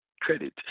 credit